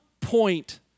point